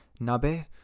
nabe